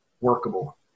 workable